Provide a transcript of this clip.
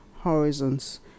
horizons